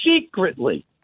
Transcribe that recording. secretly